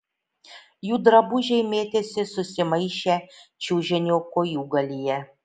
jų drabužiai mėtėsi susimaišę čiužinio kojūgalyje